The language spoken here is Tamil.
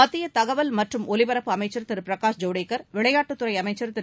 மத்திய தகவல் மற்றும் ஒலிபரப்பு அமைச்சர் திருபிரகாஷ் ஜவடேகர் விளையாட்டுத்துறை அமைச்சர் திரு